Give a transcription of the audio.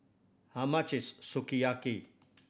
how much is Sukiyaki